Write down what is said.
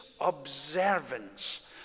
observance